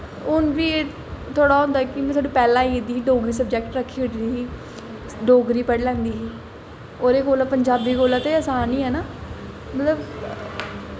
हून बी होंदा ऐ में थोह्ड़ी पैह्लें आई जंदी ही ते डोगरी सबजैक्ट रक्खी ओड़दी ही डोगरी पढ़ी लैंदी ही ओह्दे कोला दा पंजाबी कोला दा आसाम ही ऐना मतलब